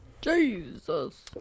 Jesus